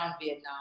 Vietnam